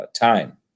time